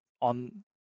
on